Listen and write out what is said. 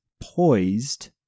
poised